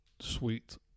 sweet